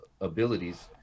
abilities